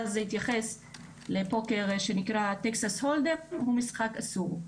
ואז זה התייחס לפוקר שנקרא טקסס הולדם הוא משחק אסור.